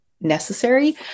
necessary